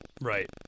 Right